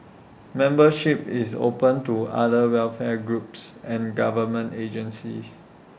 membership is open to other welfare groups and government agencies